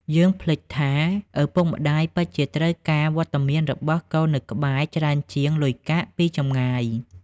យើងភ្លេចថា ឪពុកម្តាយពិតជាត្រូវការ "វត្តមាន" របស់កូននៅក្បែរ ច្រើនជាង "លុយកាក់" ពីចម្ងាយ។